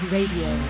Radio